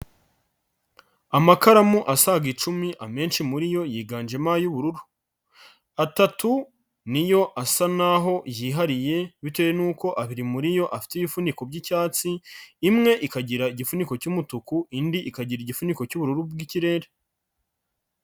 Amakaramu asaga icumi amenshi muri yo yiganjemo ay'ubururu, atatu niyo asa naho yihariye bitewe nuko abiri muri yo afite ibifuniko by'icyatsi, imwe ikagira igifuniko cy'umutuku, indi ikagira igifuniko cy'ubururu bw'ikirere.